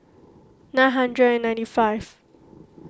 nine hundred and ninety five